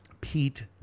Pete